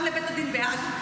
גם לבית הדין בהאג,